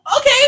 Okay